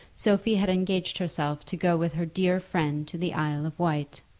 sophie had engaged herself to go with her dear friend to the isle of wight!